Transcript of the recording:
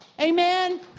Amen